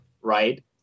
Right